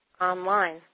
online